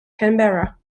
canberra